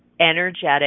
energetic